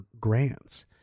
grants